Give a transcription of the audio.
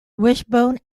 wishbone